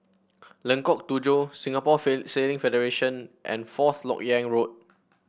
Lengkok Tujoh Singapore Sailing Federation and Fourth LoK Yang Road